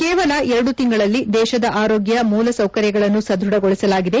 ಕೇವಲ ಎರಡು ತಿಂಗಳಲ್ಲಿ ದೇಶದ ಆರೋಗ್ಯ ಮೂಲ ಸೌಕರ್ಯಗಳನ್ನು ಸದ್ಯಢಗೊಳಿಸಲಾಗಿದೆ